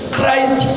Christ